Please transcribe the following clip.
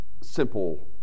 simple